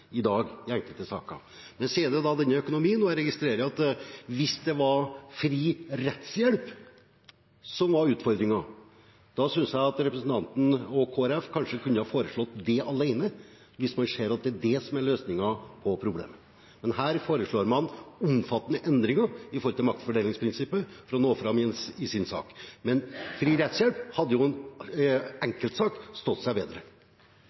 i dag med enkelte saker. Så er det denne økonomien, og jeg registrerer at hvis det var fri rettshjelp som var utfordringen, synes jeg representanten og Kristelig Folkeparti kanskje kunne ha foreslått det alene hvis man så at det var løsningen på problemet. Her foreslår man omfattende endringer i maktfordelingsprinsippet for å nå fram med sin sak, men fri rettshjelp hadde enkelt sagt stått seg bedre.